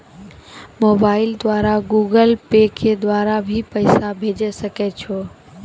Mobile द्वारा Google Pay के द्वारा भी पैसा भेजै सकै छौ?